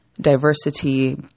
Diversity